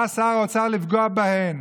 בא שר האוצר לפגוע בהן,